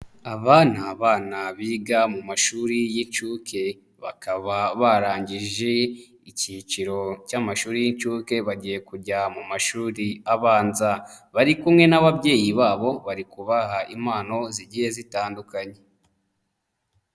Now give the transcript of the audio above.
Abana ni abana biga mu mashuri y'inshuke bakaba barangije ikiciro cy'amashuri y'inshuke bagiye kujya mu mashuri abanza. Bari kumwe n'ababyeyi babo bari kubaha impano zigiye zitandukanye.